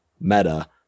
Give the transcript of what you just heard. meta